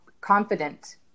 confident